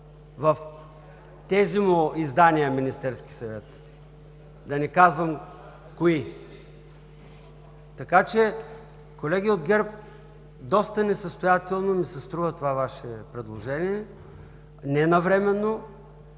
в тези му издания Министерски съвет? – да не казвам кои. Колеги от ГЕРБ, доста несъстоятелно ми се струва това Ваше предложение, ненавременно